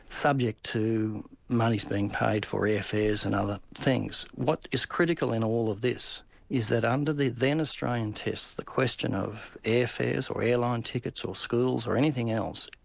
subject to monies being paid for air fares and other things. what is critical in all of this is that under the then australian test, the question of air fares or airline tickets or schools, or anything else,